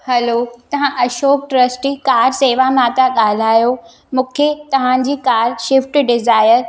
hello तव्हां Ashok trustee car सेवा मां था ॻाल्हायो मूंखे तव्हांजी कार शिफ्ट डिज़ायर